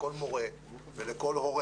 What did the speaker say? לכל מורה ולכל הורה